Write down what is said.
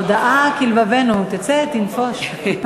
הודעה כלבבנו, תצא, תנפוש.